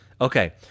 Okay